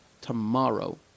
Tomorrow